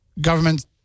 government